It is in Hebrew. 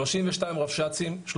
32 רבש"צים,